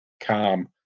calm